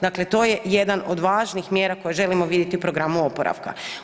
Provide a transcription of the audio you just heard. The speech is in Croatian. Dakle, to je jedan od važnijih mjera koje želimo vidjeti u programu oporavka.